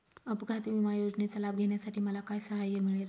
अपघात विमा योजनेचा लाभ घेण्यासाठी मला काय सहाय्य मिळेल?